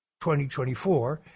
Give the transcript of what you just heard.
2024